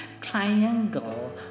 triangle